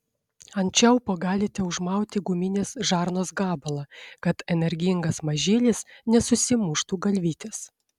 ant čiaupo galite užmauti guminės žarnos gabalą kad energingas mažylis nesusimuštų galvytės